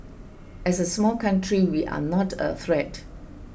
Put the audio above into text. as a small country we are not a threat